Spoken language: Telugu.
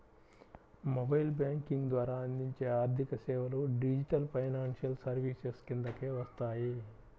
మొబైల్ బ్యేంకింగ్ ద్వారా అందించే ఆర్థికసేవలు డిజిటల్ ఫైనాన్షియల్ సర్వీసెస్ కిందకే వస్తాయి